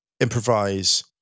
improvise